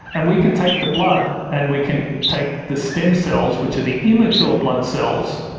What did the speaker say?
and we can take the blood and we can take the stem cells which are the immature blood cells,